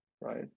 right